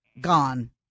gone